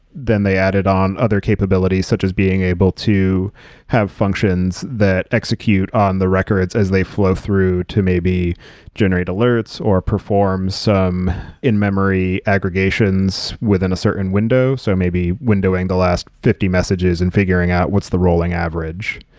then they added on other capabilities such as being able to have functions that execute on the records as they flow through to maybe generate alerts or perform some in-memory aggregations within a certain window. so maybe windowing the last fifty messages and figuring out what's the rolling average.